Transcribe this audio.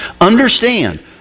Understand